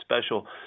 special